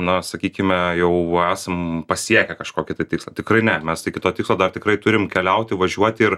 na sakykime jau esam pasiekę kažkokį tai tikslą tikrai ne mes iki to tikslo dar tikrai turim keliauti važiuoti ir